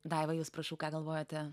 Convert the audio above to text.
daiva jūs prašau ką galvojate